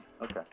Okay